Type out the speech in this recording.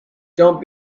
don’t